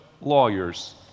lawyers